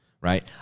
right